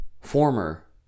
former